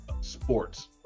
sports